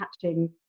catching